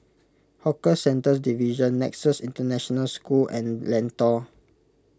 Hawker Centres Division Nexus International School and Lentor